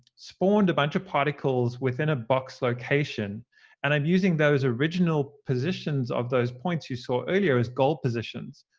spawned a bunch of particles within a box location and i'm using those original positions of those points you saw earlier as goal positions.